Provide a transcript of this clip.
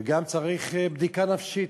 וגם צריך בדיקה נפשית,